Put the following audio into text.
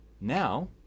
Now